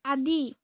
আদি